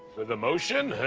with. emotion?